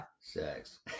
sex